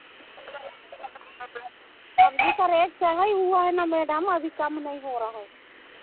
सब्ज़ी का रेट चढ़ा ही हुआ है ना मैडम अभी कम नहीं हो रहा है